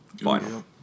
final